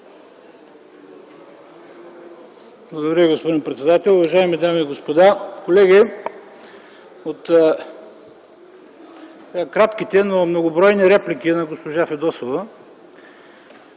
Благодаря, господин председател. Уважаеми дами и господа, колеги! От кратките, но многобройни реплики на госпожа Фидосова